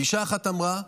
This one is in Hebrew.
גישה אחת אמרה: